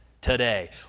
today